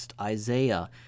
Isaiah